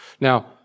Now